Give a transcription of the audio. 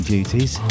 Duties